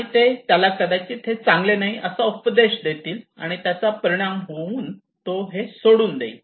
आणि ते त्याला कदाचित हे चांगले नाही असा उपदेश देतील आणि त्याचा परिणाम होऊन तो हे सोडून देईल